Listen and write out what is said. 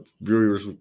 viewers